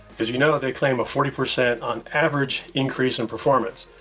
because you know, they claim a forty percent on average increase in performance.